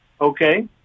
Okay